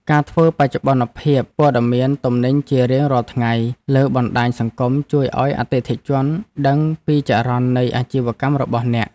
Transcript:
ការធ្វើបច្ចុប្បន្នភាពព័ត៌មានទំនិញជារៀងរាល់ថ្ងៃលើបណ្តាញសង្គមជួយឱ្យអតិថិជនដឹងពីចរន្តនៃអាជីវកម្មរបស់អ្នក។